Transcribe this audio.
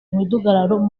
imidugararo